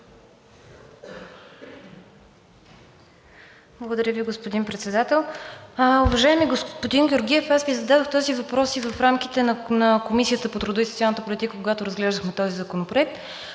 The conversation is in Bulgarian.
Благодаря Ви, господин Председател. Уважаеми господин Георгиев, аз Ви зададох този въпрос и в рамките на Комисията по труда и социалната политика, когато разглеждахме този законопроект